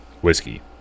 whiskey